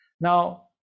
now